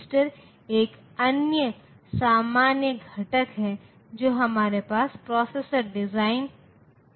तो इन्वर्टर का मतलब है कि जो भी इनपुट होगा आउटपुट उसी का उल्टा होगा